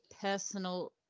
personal